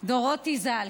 צבי אלדורטי ז"ל.